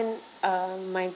um my